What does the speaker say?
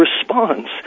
response